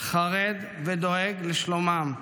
חרד ודואג לשלומם,